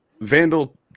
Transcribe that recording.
Vandal